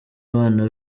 abana